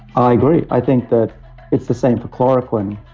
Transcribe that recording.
i agree. i think that it's the same for chloroquine,